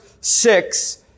six